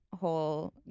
whole